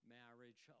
marriage